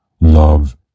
Love